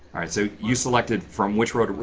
right so you selected from which road,